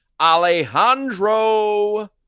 Alejandro